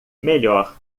melhor